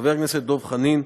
חבר הכנסת דב חנין,